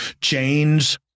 chains